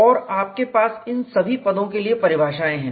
और आपके पास इन सभी पदों के लिए परिभाषाएं हैं